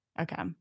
Okay